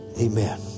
amen